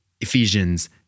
Ephesians